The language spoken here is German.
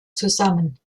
zusammen